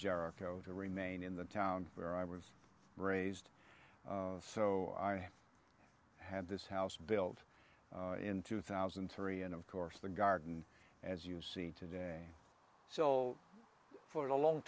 jericho to remain in the town where i was raised so i i had this house built in two thousand and three and of course the garden as you see today so for a long